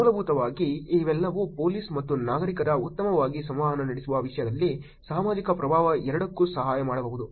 ಮೂಲಭೂತವಾಗಿ ಇವೆಲ್ಲವೂ ಪೊಲೀಸ್ ಮತ್ತು ನಾಗರಿಕರು ಉತ್ತಮವಾಗಿ ಸಂವಹನ ನಡೆಸುವ ವಿಷಯದಲ್ಲಿ ಸಾಮಾಜಿಕ ಪ್ರಭಾವ ಎರಡಕ್ಕೂ ಸಹಾಯ ಮಾಡಬಹುದು